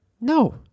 No